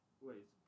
wait